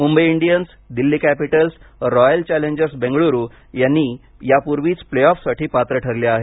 Mumbai Indians Delhi Capitals Royal Challengers Bengaluru यापूर्वी play ऑफसाठी पात्र ठरले आहेत